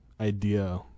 idea